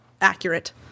accurate